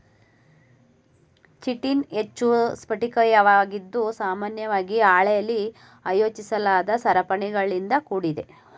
chitin ಹೆಚ್ಚು ಸ್ಫಟಿಕೀಯವಾಗಿದ್ದು ಸಾಮಾನ್ಯವಾಗಿ ಹಾಳೆಲಿ ಆಯೋಜಿಸಲಾದ ಸರಪಳಿಗಳಿಂದ ಕೂಡಿದೆ